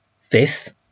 fifth